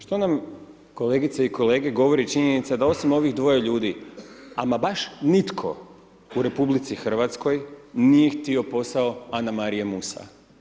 Što nam kolegice i kolege govori činjenica, da osim ovih 2 ljudi ama baš nitko u RH nije htio posao Anamarija Musa.